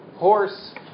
horse